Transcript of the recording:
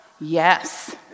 Yes